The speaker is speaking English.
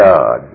God